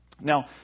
Now